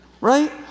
Right